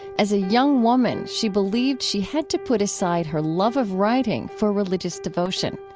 as a young woman, she believed she had to put aside her love of writing for religious devotion.